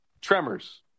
tremors